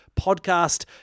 Podcast